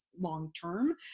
long-term